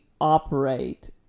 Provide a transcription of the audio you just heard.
operate